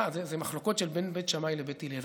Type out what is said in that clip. הוא מחלוקות בין בית שמאי לבית הלל.